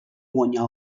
guanyar